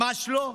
ממש לא,